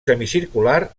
semicircular